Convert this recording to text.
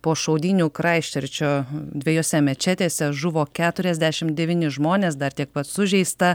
po šaudynių kraisčerčo dviejose mečetėse žuvo keturiasdešim devyni žmonės dar tiek pat sužeista